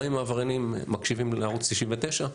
גם אם העבריינים מקשיבים לערוץ 99,